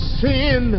sin